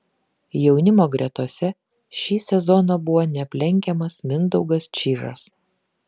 jaunimo gretose šį sezoną buvo neaplenkiamas mindaugas čyžas